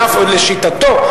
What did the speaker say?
לשיטתו,